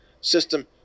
system